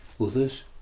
others